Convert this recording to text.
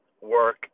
work